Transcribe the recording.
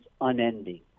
unending